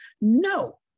No